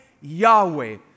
Yahweh